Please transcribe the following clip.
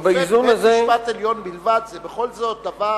ובאיזון הזה, בית-משפט עליון בלבד זה בכל זאת דבר